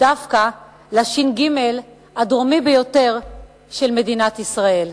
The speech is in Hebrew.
דווקא לש"ג הדרומי ביותר של מדינת ישראל.